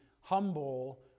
humble